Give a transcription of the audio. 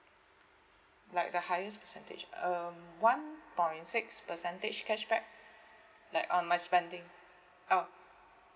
like the highest percentage um one point six percentage cashback like uh my spending oh